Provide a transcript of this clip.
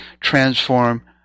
transform